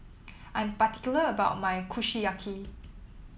I'm particular about my Kushiyaki